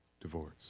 divorce